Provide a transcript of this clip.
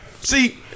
See